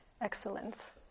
excellence